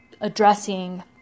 addressing